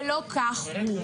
ולא כך הוא.